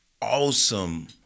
awesome